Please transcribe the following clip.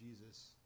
Jesus